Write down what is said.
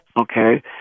Okay